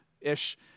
ish